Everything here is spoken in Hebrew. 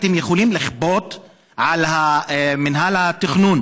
2. האם אתם יכולים לכפות על מינהל התכנון